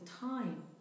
time